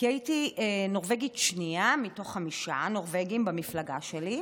כי הייתי נורבגית שנייה מתוך חמישה נורבגים במפלגה שלי,